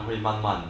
他会慢慢